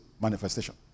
manifestation